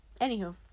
Anywho